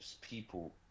people